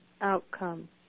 outcome